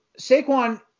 Saquon –